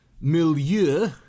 Milieu